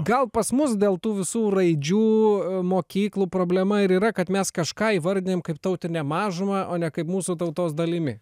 gal pas mus dėl tų visų raidžių mokyklų problema ir yra kad mes kažką įvardijam kaip tautine mažuma o ne kaip mūsų tautos dalimi